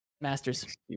Masters